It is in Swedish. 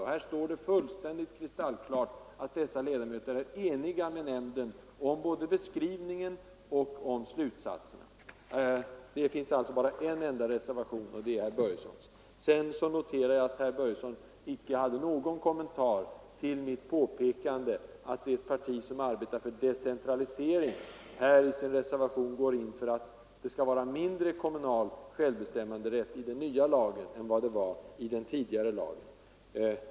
Här står fullständigt kristallklart att dessa ledamöter är eniga med nämnden om både beskrivningen och slutsatserna. Det finns alltså bara en reservation, och det är herr Börjessons. Sedan noterar jag att herr Börjesson inte hade någon kommentar till mitt påpekande att det parti som arbetar för decentralisering i sin reservation går in för att det skall vara mindre kommunal självbestämmanderätt i den nya lagen än vad det var i den tidigare lagen.